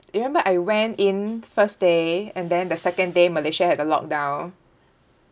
remember I went in first day and then the second day malaysia had a lockdown